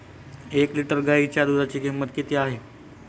एक लिटर गाईच्या दुधाची किंमत किती आहे?